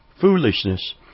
foolishness